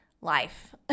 life